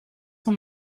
son